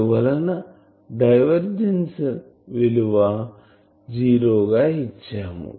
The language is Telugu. అందువలన డైవర్జిన్స్ విలువ ని జీరో గా ఇచ్చాము